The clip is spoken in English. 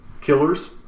killers